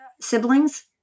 siblings